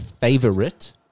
favorite